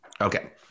Okay